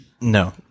No